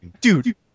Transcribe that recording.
Dude